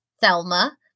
thelma